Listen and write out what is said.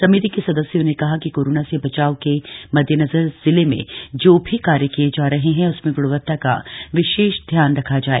समिति के सदस्यों ने कहा कि कोरोना से बचाव के मद्देनजर जिले में जो भी कार्य किये जा रहे हैं उसमें ग्णवत्ता का विशेष ध्यान रखा जाए